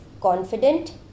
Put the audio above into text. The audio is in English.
confident